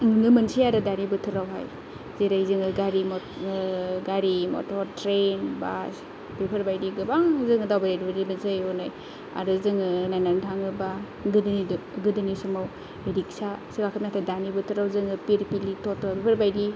नुनो मोनसै आरो दानि बोथोरावहाय जेरै जोङो गारि ओ गारि मटर ट्रेन बास बिफोरबायदि गोबां जोङो दावबायबोनाय जायो आरो जोङो नायनानै थाङोबा गोदोनि दि गोदोनि समाव रिक्सासो गाखोयो नाथाय दानि बोथोराव जोङो पिलपिलि टट' बिफोरबायदि